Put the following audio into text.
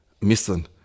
missing